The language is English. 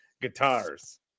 guitars